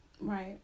Right